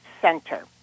Center